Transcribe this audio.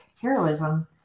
heroism